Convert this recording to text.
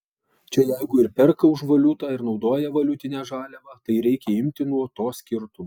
čia jeigu ir perka už valiutą ir naudoja valiutinę žaliavą tai reikia imti nuo to skirtumo